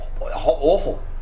awful